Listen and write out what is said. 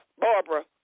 Barbara